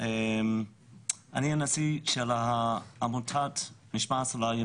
אירופאי וגם עולמי בשם the international life